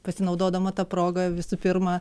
pasinaudodama ta proga visų pirmą